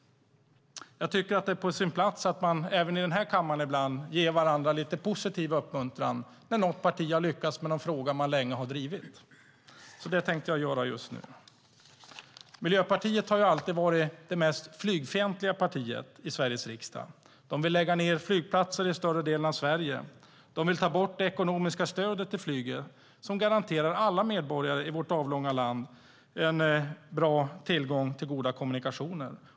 Jag tycker att det är på sin plats att här i kammaren ge lite positiv uppmuntran när något parti har lyckats med en fråga det länge har drivit. Miljöpartiet har alltid varit det mest flygfientliga partiet i Sveriges riksdag. Man vill lägga ned flygplatser i större delen av Sverige. Man vill ta bort det ekonomiska stödet till flyget, som garanterar alla medborgare i vårt avlånga land god tillgång till bra kommunikationer.